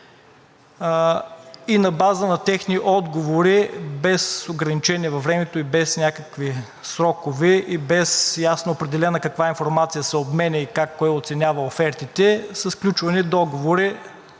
И на база на техни отговори без ограничение във времето и без някакви срокове, и без ясно определена каква информация се обменя и как, кой оценява офертите, са сключвани договори